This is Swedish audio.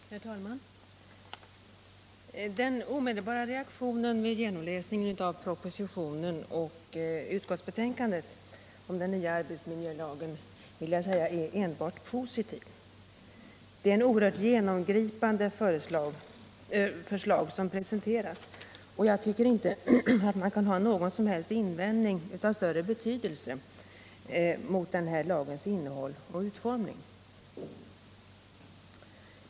Herr talman! Den omedelbara reaktionen vid genomläsningen av propositionen och utskottsbetänkandet om den nya arbetsmiljölagen är, vill jag säga, enbart positiv. Det är ett oerhört genomgripande förslag som = Nr 28 presenteras, och jag tycker inte man kan ha någon invändning av större betydelse mot lagens innehåll och utformning.